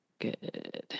Good